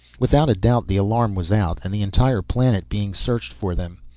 without a doubt the alarm was out and the entire planet being searched for them.